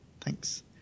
Thanks